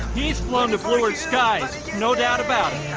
he's flown skies no doubt about